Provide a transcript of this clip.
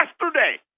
yesterday